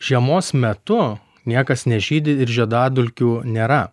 žiemos metu niekas nežydi ir žiedadulkių nėra